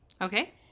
Okay